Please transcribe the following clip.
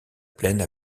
plaine